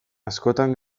askotan